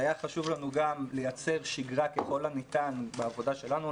היה חשוב לנו גם לייצר שגרה ככל הניתן בעבודה שלנו,